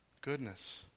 Goodness